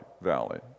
Valley